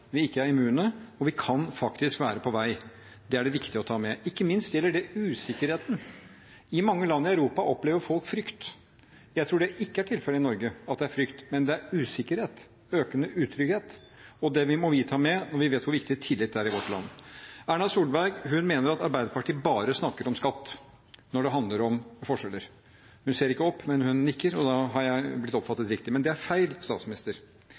vi ikke er immune, og vi kan faktisk være på vei. Det er det viktig å ta med. Ikke minst gjelder det usikkerheten. I mange land i Europa opplever folk frykt. Jeg tror ikke det er tilfellet i Norge, at det er frykt, men det er usikkerhet, økende utrygghet, og det må vi ta med når vi vet hvor viktig tillit er i vårt land. Erna Solberg mener at Arbeiderpartiet bare snakker om skatt når det handler om forskjeller – hun ser ikke opp, men hun nikker, og da har jeg blitt oppfattet riktig – men det er feil, statsminister!